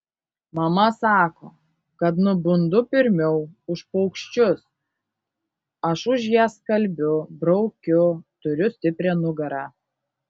mama sako kad nubundu pirmiau už paukščius aš už ją skalbiu braukiu turiu stiprią nugarą